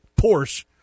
Porsche